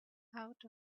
out